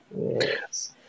yes